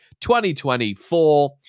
2024